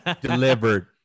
Delivered